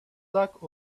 luck